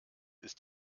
ist